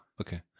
okay